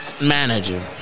manager